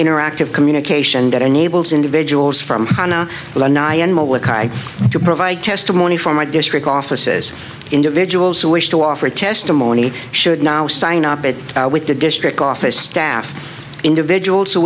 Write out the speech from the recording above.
interactive communication that enables individuals from ana to provide testimony for my district offices individuals who wish to offer testimony should now sign up at with the district office staff individuals who